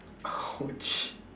!ouch!